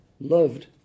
loved